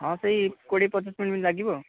ହଁ ସେହି କୋଡ଼ିଏ ପଚିଶ ମିନିଟ୍ ଲାଗିବ